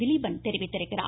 திலிபன் தெரிவித்துள்ளார்